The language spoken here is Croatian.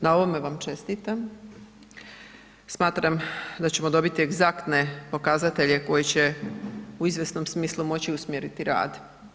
Na ovome vam čestitam, smatram da ćemo dobiti egzaktne pokazatelje koji će u izvjesnom smislu moću usmjeriti rad.